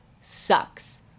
sucks